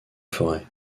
forêts